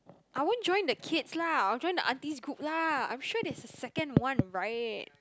I won't join the kids lah I will join the aunties group lah I'm sure there's a second one right